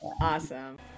Awesome